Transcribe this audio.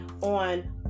on